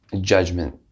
judgment